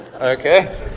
Okay